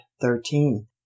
thirteen